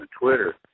Twitter